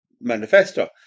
Manifesto